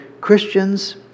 Christians